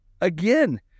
again